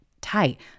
tight